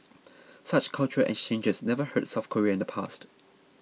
such cultural exchanges never hurt South Korea in the past